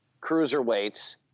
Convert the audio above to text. cruiserweights